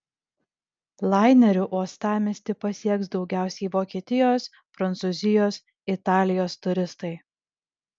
laineriu uostamiestį pasieks daugiausiai vokietijos prancūzijos italijos turistai